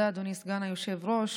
תודה, אדוני סגן היושב-ראש.